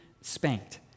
spanked